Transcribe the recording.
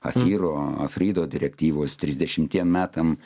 afiro afrido direktyvos trisdešimtiem metam